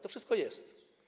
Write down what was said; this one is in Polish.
To wszystko jest.